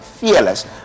fearless